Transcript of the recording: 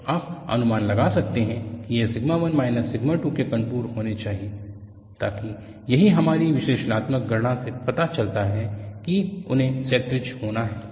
तो आप अनुमान लगा सकते हैं कि ये सिग्मा 1 माइनस सिग्मा 2 के कंटूर होने चाहिए क्योंकि यही हमारी विश्लेषणात्मक गणना से पता चलता है कि उन्हें क्षैतिज होना है